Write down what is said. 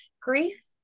grief